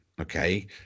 okay